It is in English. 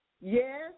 Yes